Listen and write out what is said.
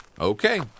Okay